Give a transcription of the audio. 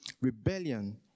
Rebellion